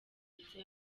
ndetse